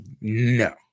no